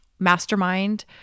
Mastermind